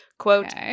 Quote